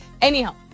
Anyhow